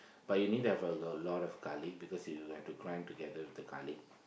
but you need to have a a a lot of garlic because you have to grind together with the garlic